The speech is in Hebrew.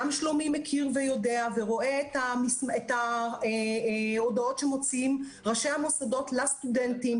גם שלומי מכיר ויודע ורואה את ההודעות שמוציאים ראשי המוסדות לסטודנטים,